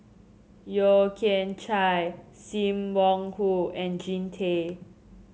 Yeo Kian Chye Sim Wong Hoo and Jean Tay